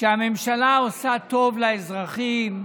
שהממשלה עושה טוב לאזרחים,